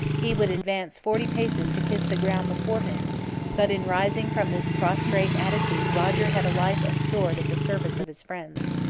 he would advance forty paces to kiss the ground before him but in rising from this prostrate attitude roger had a life and sword at the service of his friends.